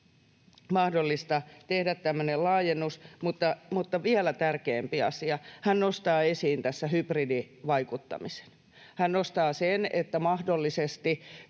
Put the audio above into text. mahdollista tehdä tämmöinen laajennus. Mutta vielä tärkeämpi asia: hän nostaa esiin hybridivaikuttamisen. Hän nostaa sen, että mahdollisesti